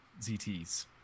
ZTs